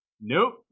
Nope